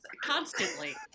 constantly